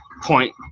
point